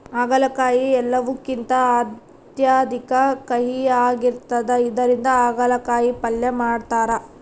ಆಗಲಕಾಯಿ ಎಲ್ಲವುಕಿಂತ ಅತ್ಯಧಿಕ ಕಹಿಯಾಗಿರ್ತದ ಇದರಿಂದ ಅಗಲಕಾಯಿ ಪಲ್ಯ ಮಾಡತಾರ